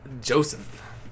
Joseph